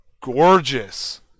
Gorgeous